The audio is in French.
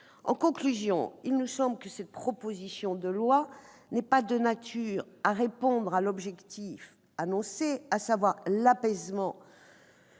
réglementaire. Il nous semble que cette proposition de loi n'est pas de nature à répondre à l'objectif annoncé : l'apaisement